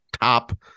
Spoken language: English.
top